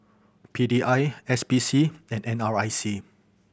P D I S P C and N R I C